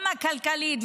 גם הכלכלית,